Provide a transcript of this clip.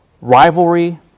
rivalry